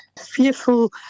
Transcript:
fearful